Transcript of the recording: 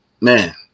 man